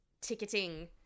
ticketing